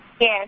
Yes